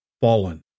fallen